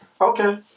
Okay